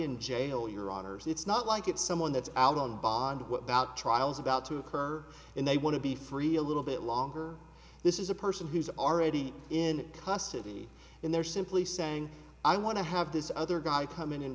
in jail your honour's it's not like it's someone that's album bond what about trials about to occur and they want to be free a little bit longer this is a person who's already in custody and they're simply saying i want to have this other guy come in and